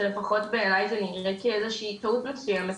שלפחות בעיניי זה נראה כאיזושהי טעות מסוימת,